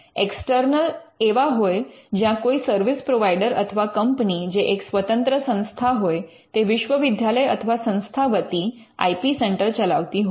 external એવા હોય જ્યાં કોઈ સર્વિસ પ્રોવાઇડર અથવા કંપની જે એક સ્વતંત્ર સંસ્થા હોય તે વિશ્વવિદ્યાલય અથવા સંસ્થા વતી આઇ પી સેન્ટર ચલાવતી હોય